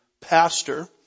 pastor